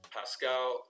Pascal